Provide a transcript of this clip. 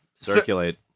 Circulate